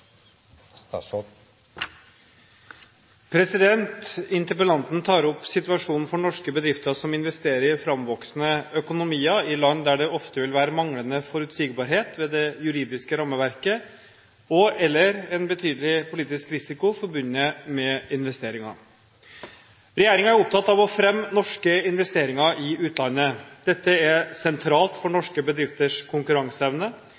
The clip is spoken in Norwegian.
Interpellanten tar opp situasjonen for norske bedrifter som investerer i framvoksende økonomier i land der det ofte vil være manglende forutsigbarhet ved det juridiske rammeverket, og/eller en betydelig politisk risiko forbundet med investeringen. Regjeringen er opptatt av å fremme norske investeringer i utlandet. Dette er sentralt for norske bedrifters konkurranseevne,